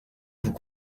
vous